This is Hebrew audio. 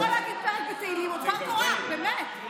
אתה יכול להגיד פרק תהילים או דבר תורה, באמת.